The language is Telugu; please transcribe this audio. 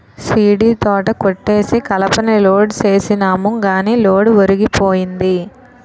సీడీతోట కొట్టేసి కలపని లోడ్ సేసినాము గాని లోడు ఒరిగిపోయింది